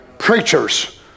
preachers